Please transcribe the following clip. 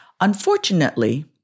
Unfortunately